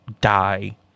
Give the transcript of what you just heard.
die